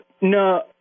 no